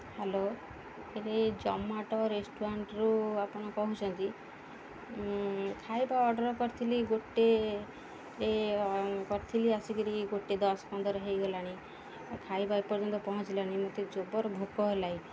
hello ଏଇ ଜମାଟୋ ରେଷ୍ଟୁରାଣ୍ଟ୍ରୁ ଆପଣ କହୁଛନ୍ତି ଖାଇବା ଅର୍ଡ଼ର୍ କରିଥିଲି ଗୋଟେରେ କରିଥିଲି ଆସିକିରି ଗୋଟେ ଦଶ ପନ୍ଦର ହୋଇଗଲାଣି ଖାଇବା ଏପର୍ଯ୍ୟନ୍ତ ପହଞ୍ଚିଲାନି ମୋତେ ଜବର ଭୋକ ହେଲାଣି